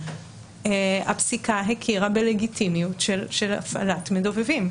הפסיקה הכירה בלגיטימיות של הפעלת מדובבים.